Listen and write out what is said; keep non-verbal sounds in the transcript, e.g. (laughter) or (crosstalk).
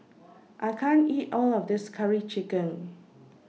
(noise) I can't eat All of This Curry Chicken